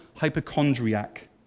hypochondriac